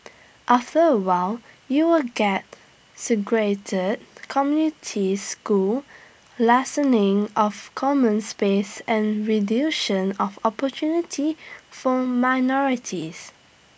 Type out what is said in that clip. after A while you will get segregated communities school lessening of common space and of opportunity for minorities